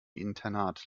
internat